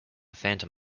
phantom